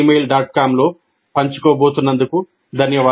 com లో పంచుకున్నందుకు ధన్యవాదాలు